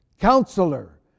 Counselor